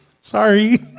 Sorry